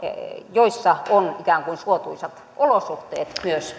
joissa on ikään kuin suotuisat olosuhteet myös